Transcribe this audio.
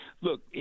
Look